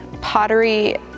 Pottery